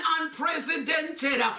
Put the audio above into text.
unprecedented